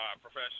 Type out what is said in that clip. professional